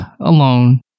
alone